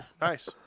nice